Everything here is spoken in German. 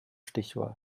stichwahl